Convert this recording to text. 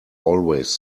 always